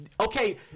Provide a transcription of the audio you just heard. Okay